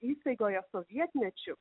įstaigoje sovietmečiu